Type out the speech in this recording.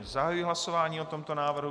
Zahajuji hlasování o tomto návrhu.